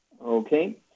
Okay